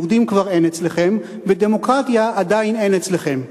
יהודים כבר אין אצלכם, ודמוקרטיה עדיין אין אצלכם.